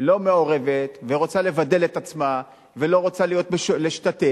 לא מעורבת ורוצה לבדל את עצמה ולא רוצה להשתתף.